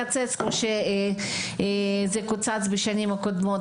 ולא לקצץ כפי שזה קוצץ בשנים הקודמות,